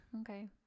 okay